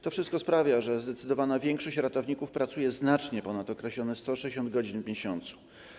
To wszystko sprawia, że zdecydowana większość ratowników pracuje znacznie ponad określone 160 godzin w miesiącu.